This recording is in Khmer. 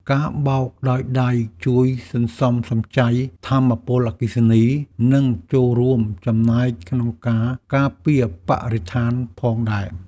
ការបោកដោយដៃជួយសន្សំសំចៃថាមពលអគ្គិសនី និងចូលរួមចំណែកក្នុងការការពារបរិស្ថានផងដែរ។